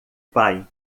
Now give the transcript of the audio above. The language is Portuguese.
pai